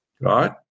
Right